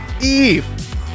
Eve